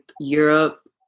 Europe